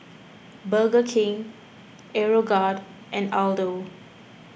Burger King Aeroguard and Aldo